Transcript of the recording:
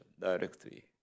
directly